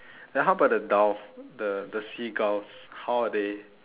then how about the doves the the seagulls how are they